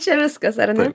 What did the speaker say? čia viskas ar ne